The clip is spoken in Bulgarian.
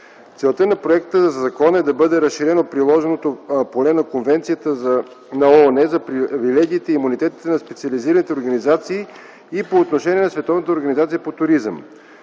Целта на проекта за закон е да бъде разширено приложното поле на Конвенцията на ООН за привилегиите и имунитетите на специализираните организации и по отношение на Световната